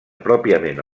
pròpiament